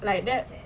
that's quite sad